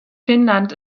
finnland